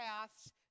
paths